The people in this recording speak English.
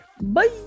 Bye